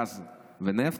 גז ונפט,